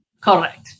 Correct